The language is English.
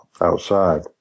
outside